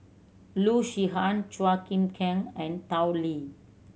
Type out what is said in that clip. Loo Zihan Chua Chim Kang and Tao Li